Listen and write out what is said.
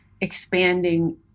Expanding